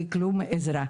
בלי שום עזרה.